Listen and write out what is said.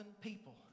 people